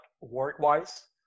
work-wise